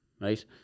right